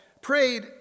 prayed